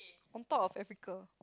on top of Africa